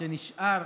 שנשאר